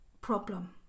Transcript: problem